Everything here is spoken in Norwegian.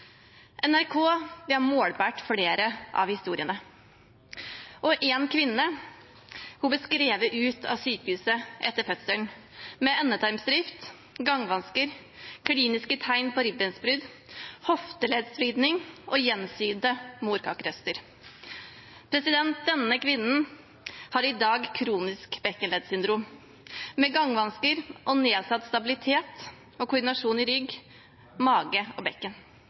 NRK har målbåret flere av historiene. En kvinne ble skrevet ut av sykehuset etter fødselen, med endetarmsrift, gangvansker, kliniske tegn på ribbensbrudd, hofteleddsvridning og gjensydde morkakerester. Denne kvinnen har i dag kronisk bekkenleddsyndrom, med gangvansker og nedsatt stabilitet og koordinasjon i rygg, mage og bekken.